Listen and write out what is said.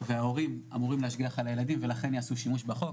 וההורים אמורים להשגיח על הילדים ואמורים לעשות שימוש בחוק.